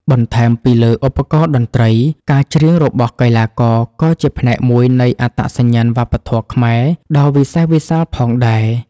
បន្ថែមពីលើឧបករណ៍តន្ត្រី ការច្រៀងរបស់កីឡាករ ក៏ជាផ្នែកមួយនៃអត្តសញ្ញាណវប្បធម៌ខ្មែរដ៏វិសេសវិសាលផងដែរ។